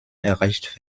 erreicht